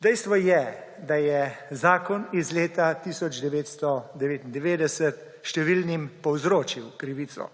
Dejstvo je, da je zakon iz leta 1999 številnim povzročil krivico.